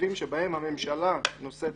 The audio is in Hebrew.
מצבים שבהם הממשלה נושאת